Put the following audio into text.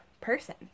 person